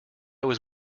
was